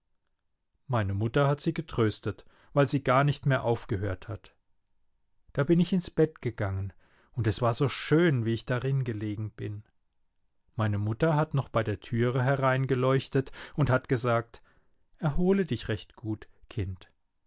meine mutter hat sie getröstet weil sie gar nicht mehr aufgehört hat da bin ich ins bett gegangen und es war so schön wie ich darin gelegen bin meine mutter hat noch bei der türe hereingeleuchtet und hat gesagt erhole dich recht gut kind